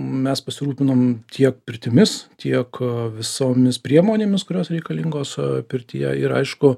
mes pasirūpinam tiek pirtimis tiek visomis priemonėmis kurios reikalingos pirtyje ir aišku